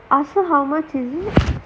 ask her how much is it